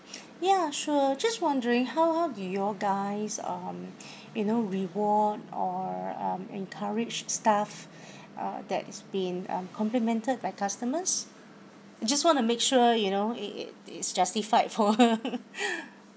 ya sure just wondering how how do y'all guys um you know reward or um encourage staff uh that's been um complimented by customers just want to make sure you know it is justified for her